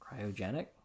Cryogenic